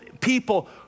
people